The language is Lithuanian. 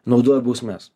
naudoja bausmes